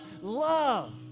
love